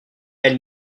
elle